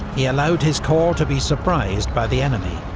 he allowed his corps to be surprised by the enemy,